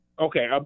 Okay